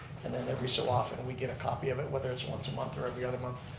and and every so often we get a copy of it. whether it's once a month or every other month,